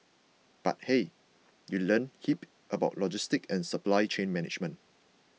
but hey you learn heaps about logistics and supply chain management